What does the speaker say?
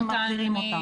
הם מעבירים אותה.